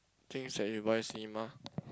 things that you buy cinema